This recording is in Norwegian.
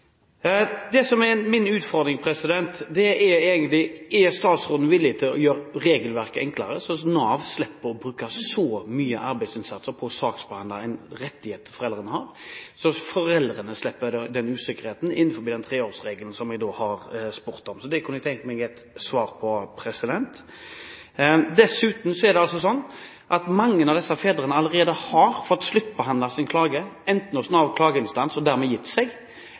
Det som er min utfordring til statsråden, er egentlig: Er hun villig til å gjøre regelverket enklere, slik at Nav slipper å bruke så mye arbeidsinnsats på å saksbehandle en rettighet som foreldrene har, slik at foreldrene slipper den usikkerheten rundt 3-årsregelen, som jeg har spurt om? Det kunne jeg tenke meg et svar på. Dessuten har mange av disse fedrene allerede fått sluttbehandlet sin klage, enten hos Nav Klageinstans, og dermed gitt seg,